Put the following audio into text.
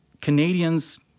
Canadians